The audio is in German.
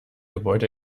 gebäude